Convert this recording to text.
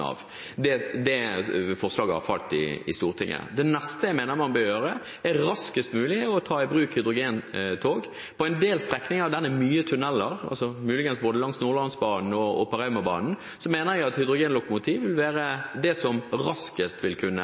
Det forslaget har falt i Stortinget. Det neste jeg mener man bør gjøre, er raskest mulig å ta i bruk hydrogentog. På en del strekninger der det er mye tunneler, muligens både på Nordlandsbanen og på Raumabanen, mener jeg at hydrogenlokomotiv vil være det som raskest vil kunne